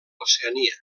oceania